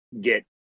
get